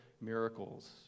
miracles